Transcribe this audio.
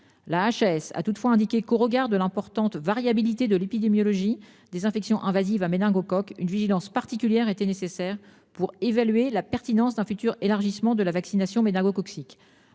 la HAS a toutefois indiqué qu'au regard de l'importante variabilité de l'épidémiologie des infections invasives à méningocoques une vigilance particulière était nécessaire pour évaluer la pertinence d'un futur élargissement de la vaccination méningocoque